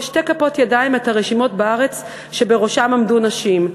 שתי כפות ידיים את הרשימות בארץ שבראשן עמדו נשים.